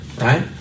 right